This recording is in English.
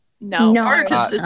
No